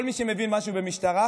כל מי שמבין משהו במשטרה,